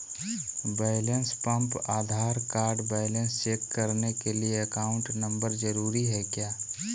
Balance pump Aadhaar card balance check करने के लिए अकाउंट नंबर जरूरी है क्या?